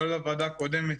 כולל הוועדה הקודמת,